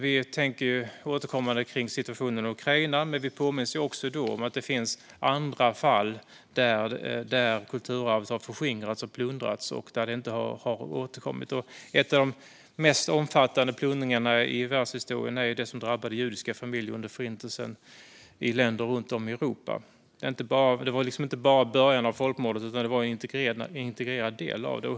Vi tänker ju återkommande kring situationen i Ukraina, men vi påminns också om att det finns andra fall där kulturarv har förskingrats och plundrats och där det inte har återkommit. En av de mest omfattande plundringarna i världshistorien är den som drabbade judiska familjer under Förintelsen i länder runt om i Europa. Det var inte bara början av folkmordet utan en integrerad del av det.